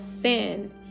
sin